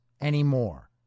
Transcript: anymore